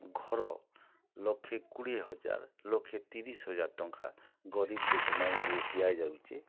ଘର ଲକ୍ଷେ କୋଡ଼ିଏ ହଜାର୍ ଲକ୍ଷେ ତିରିଶ୍ ହଜାର୍ ଟଙ୍କା ଗରିବ୍ ଦୁଃଖୀମାନ୍କୁ ଦିଆ ଯାଉଚେ